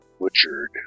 butchered